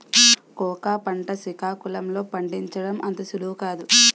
cocoa పంట సికాకుళం లో పండించడం అంత సులువు కాదు